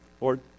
Lord